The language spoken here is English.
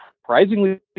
surprisingly